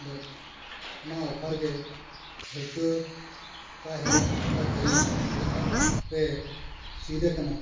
ᱟᱫᱚ ᱚᱱᱟ ᱚᱯᱷᱟᱨ ᱜᱮ ᱴᱷᱟᱣᱠᱟᱹ ᱚᱠᱟ ᱦᱤᱞᱳᱜ ᱚᱠᱟ ᱛᱟᱹᱨᱤᱠᱷ ᱨᱮ ᱥᱤᱫᱽ ᱠᱟᱱᱟ